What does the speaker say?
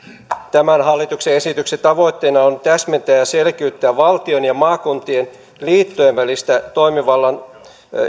tämän hallituksen esityksen tavoitteena on täsmentää ja selkiyttää valtion ja maakuntien liittojen välistä toimivallan